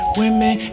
women